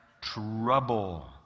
trouble